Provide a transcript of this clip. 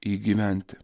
jį gyventi